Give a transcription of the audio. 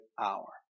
hour